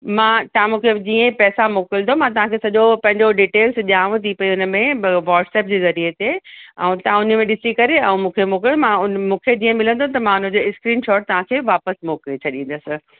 मां तव्हां मूंखे जीअं पैसा मोकिलिदा मां तव्हांखे सॼो पंहिंजो डीटेल्स ॾियांव थी पई उनमें ब वॉट्सअप जे ज़रीए ते ऐं तव्हां उनमें ॾिसी करे ऐं मूंखे मोकिलियो मां उन मूंखे जीअं मिलंदो मां उनजो स्क्रीनशॉट तव्हांखे वापिसि मोकिले छॾींदसि